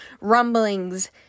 rumblings